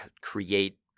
create